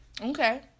Okay